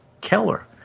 Keller